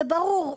זה ברור,